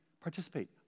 Participate